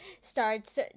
starts